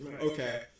Okay